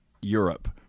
Europe